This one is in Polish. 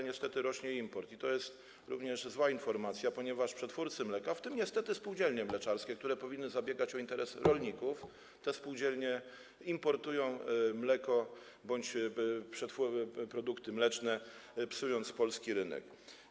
Niestety rośnie import i to jest również zła informacja, ponieważ przetwórcy mleka, w tym niestety spółdzielnie mleczarskie, które powinny zabiegać o interesy rolników, importują mleko bądź produkty mleczne, psując polski rynek.